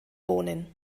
wohnen